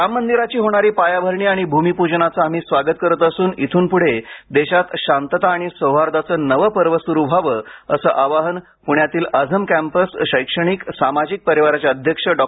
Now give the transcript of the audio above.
राम मंदिराची होणारी पायाभरणी आणि भूमिप्जनाचे आम्ही स्वागत करत असून इथून पुढे देशात शांतता आणि सौहार्दाचे नवे पर्व सुरू व्हावे असं आवाहन पुण्यातील आझम कॅम्पस शैक्षणिक सामाजिक परिवाराचे अध्यक्ष डॉ